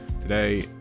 Today